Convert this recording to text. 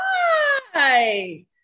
Hi